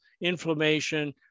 Inflammation